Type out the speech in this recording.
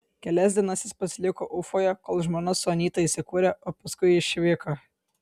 kelias dienas jis pasiliko ufoje kol žmona su anyta įsikūrė o paskui išvyko